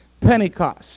Pentecost